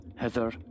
hither